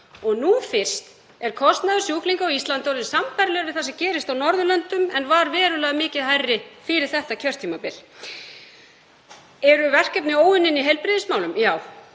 Og nú fyrst er kostnaður sjúklinga á Íslandi orðinn sambærilegur við það sem gerist á Norðurlöndum en var verulega miklu hærri fyrir þetta kjörtímabil. Eru óunnin verkefni í heilbrigðismálum? Já,